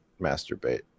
masturbate